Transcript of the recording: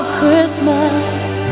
Christmas